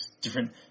different